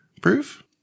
proof